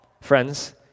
friends